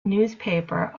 newspaper